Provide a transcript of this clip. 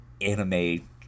anime